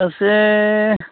हरसे